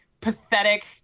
pathetic